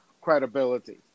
credibility